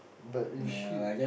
but if she